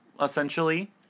essentially